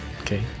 Okay